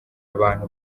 abantu